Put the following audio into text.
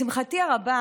לשמחתי הרבה,